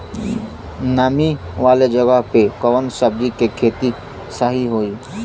नामी वाले जगह पे कवन सब्जी के खेती सही होई?